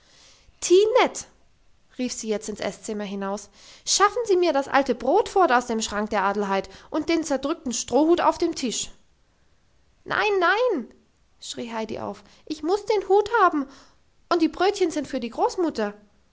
tinette rief sie jetzt ins esszimmer hinaus schaffen sie mir das alte brot fort aus dem schrank der adelheid und den zerdrückten strohhut auf dem tisch nein nein schrie heidi auf ich muss den hut haben und die brötchen sind für die großmutter